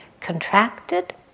contracted